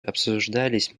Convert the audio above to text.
обсуждались